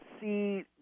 see